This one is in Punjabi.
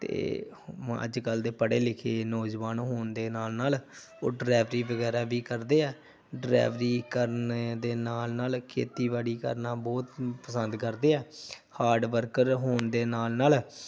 ਅਤੇ ਅੱਜ ਕੱਲ ਦੇ ਪੜ੍ਹੇ ਲਿਖੇ ਨੌਜਵਾਨ ਹੋਣ ਦੇ ਨਾਲ ਨਾਲ ਉਹ ਡਰਾਈਵਰੀ ਵਗੈਰਾ ਵੀ ਕਰਦੇ ਆ ਡਰਾਈਵਰੀ ਕਰਨ ਦੇ ਨਾਲ ਨਾਲ ਖੇਤੀਬਾੜੀ ਕਰਨਾ ਬਹੁਤ ਪਸੰਦ ਕਰਦੇ ਆ ਹਾਰਡ ਵਰਕਰ ਹੋਣ ਦੇ ਨਾਲ ਨਾਲ